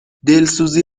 دلسوزی